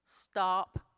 stop